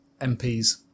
MPs